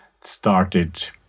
started